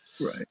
right